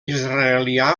israelià